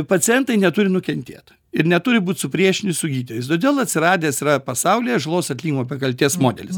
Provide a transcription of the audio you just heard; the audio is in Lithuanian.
pacientai neturi nukentėt ir neturi būti supriešinti su gydytojais todėl atsiradęs yra pasaulyje žalos atlyginimo be kaltės modelis